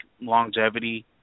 longevity